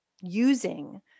using